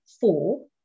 four